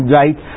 right